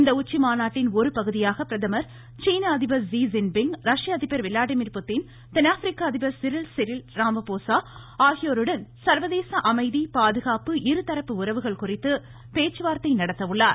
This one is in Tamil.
இந்த உச்சி மாநாட்டின் ஒரு பகுதியாக பிரதமர் சீனா அதிபர் ஓ ணுடை ீப்பெஇ ரஷ்ய அதிபர் விளாடிமிர் புடின் தென்னாப்பிரிக்க அதிபர் சிறில் ஊலசடை சுயஅயிாழளய ஆகியோருடன் சர்வதேச அமைதி பாதுகாப்பு இருதரப்பு உறவுகள் குறித்து பேச்சுவார்தை நடத்த உள்ளார்